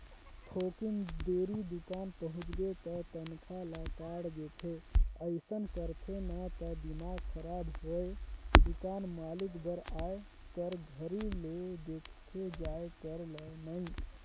थोकिन देरी दुकान पहुंचबे त तनखा ल काट देथे अइसन करथे न त दिमाक खराब होय दुकान मालिक बर आए कर घरी ले देखथे जाये कर ल नइ